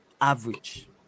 average